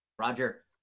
Roger